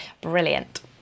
brilliant